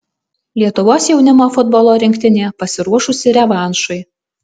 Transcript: lietuvos jaunimo futbolo rinktinė pasiruošusi revanšui